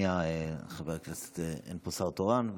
שנייה, חבר הכנסת, אין פה שר תורן.